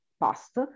past